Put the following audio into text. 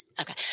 Okay